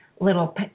little